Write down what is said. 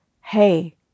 hey